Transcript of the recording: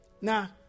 Now